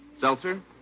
seltzer